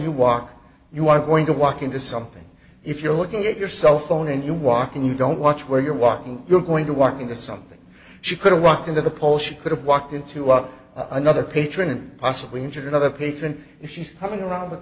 you walk you are going to walk into something if you're looking at your cell phone and you walk in you don't watch where you're walking you're going to walk into something she could walk into the poll she could have walked into up another patron possibly injured another patron if she's coming around the